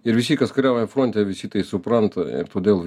ir visi kas kuriauja fronte visi tai supranta ir todėl